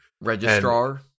registrar